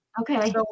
okay